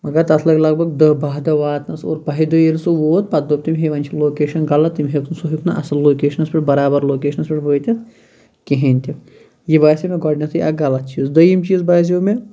مَگَر تَتھ لٔگۍ لَگ بگ دٔہ باہہ دۄہ واتنَس اور بَہہِ دۄہ ییٚلہِ سُہ ووت پَتہٕ دوٚپ تمۍ ہے وۄنۍ چھِ لوکیشَن غَلَط سُہ ہیٚوک نہٕ اصٕل لوکیشنَس پٮ۪ٹھ بَرابَر لوکیشنَس پٮ۪ٹھ وٲتِتھ کِہیٖنۍ تہِ یہِ باسے مےٚ گۄڈٕنیٚتھٕے اکھ غَلَط چیٖز دوٚیِم چیٖز باسیٚو مےٚ